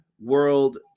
World